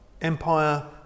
empire